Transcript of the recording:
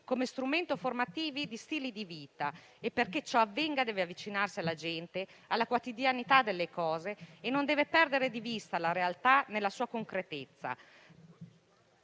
come strumento formativo di stili di vita e perché ciò avvenga deve avvicinarsi alla gente, alla quotidianità delle cose e non deve perdere di vista la realtà nella sua concretezza.